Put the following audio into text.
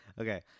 Okay